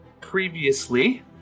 Previously